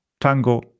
Tango